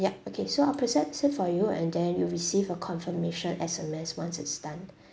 yup okay so I'll process it for you and then you'll receive a confirmation S_M_S once it's done